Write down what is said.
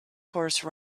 horse